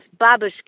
babushka